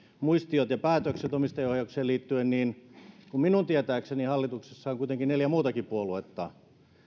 muistiot ja päätökset omistajaohjaukseen liittyen ja kun minun tietääkseni hallituksessa on kuitenkin neljä muutakin puoluetta